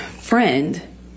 friend